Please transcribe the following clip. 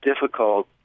difficult